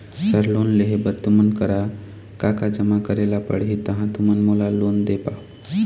Sir loan लेहे बर तुमन करा का का जमा करें ला पड़ही तहाँ तुमन मोला लोन दे पाहुं?